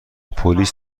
پلیس